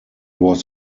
was